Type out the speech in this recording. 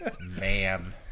man